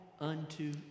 unto